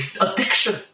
addiction